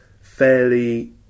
fairly